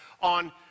on